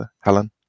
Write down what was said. Helen